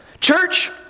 Church